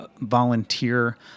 volunteer